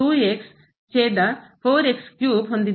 ಆದ್ದರಿಂದ 0 ಮೈನಸ್ ಈ ಹೋಗುತ್ತದೆ